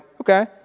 okay